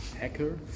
hacker